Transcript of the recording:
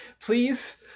Please